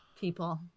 People